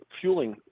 fueling